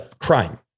crime